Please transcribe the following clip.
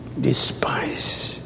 Despise